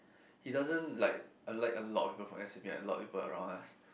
he doesn't like like a lot of people from s_u like a lot of people around us